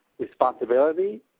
responsibility